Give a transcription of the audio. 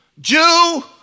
Jew